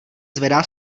zvedá